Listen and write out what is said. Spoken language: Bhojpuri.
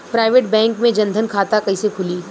प्राइवेट बैंक मे जन धन खाता कैसे खुली?